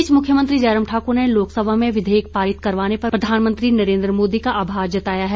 इस बीच मुख्यमंत्री जयराम ठाकुर ने लोकसभा में विधेयक पारित करवाने पर प्रधानमंत्री नरेंद्र मोदी का आभार जताया है